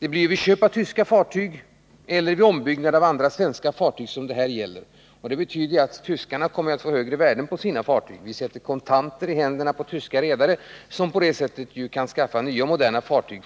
gäller vid köp av tyska fartyg eller vid ombyggnad av svenska fartyg. Det betyder att tyskarna kommer att få högre värden på sina fartyg. Vi sätter kontanter i händerna på tyska redare, som på det sättet kan skaffa nya, moderna fartyg.